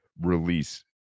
release